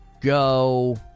go